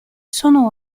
sono